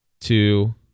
two